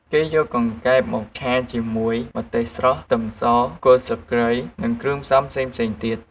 គេយកកង្កែបមកឆាជាមួយ ម្ទេសស្រស់ ខ្ទឹមស គល់ស្លឹកគ្រៃ និងគ្រឿងផ្សំផ្សេងៗទៀត។